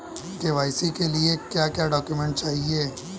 KYC के लिए क्या क्या डॉक्यूमेंट चाहिए?